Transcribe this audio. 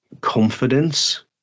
confidence